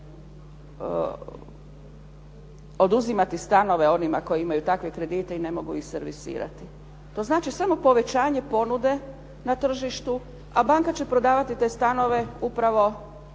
oduzimati stanove onima koji imaju takve kredite i ne mogu ih servisirati. To znači samo povećanje ponude na tržištu, a banka će prodavati te stanove upravo